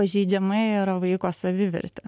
pažeidžiama yra vaiko savivertė